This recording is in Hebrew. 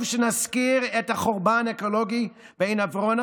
שנזכיר את החורבן האקולוגי בעין עברונה